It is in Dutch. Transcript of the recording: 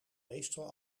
meestal